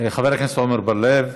חבר הכנסת עמר בר-לב,